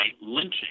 lynching